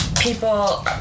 people